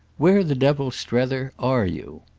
where the devil, strether, are you?